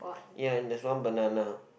ya and there's one banana